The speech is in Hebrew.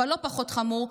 אבל לא פחות חמור,